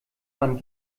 man